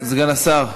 סגן השר.